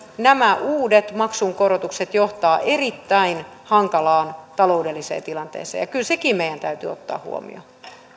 nämä uudet maksunkorotukset johtavat erittäin hankalaan taloudelliseen tilanteeseen ja kyllä sekin meidän täytyy ottaa huomioon